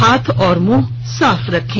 हाथ और मुंह साफ रखें